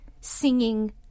singing